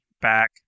back